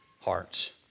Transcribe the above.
hearts